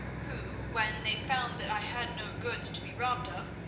who, when they found that i had no goods to be robbed of,